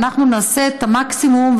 ואנחנו נעשה את המקסימום,